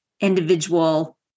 individual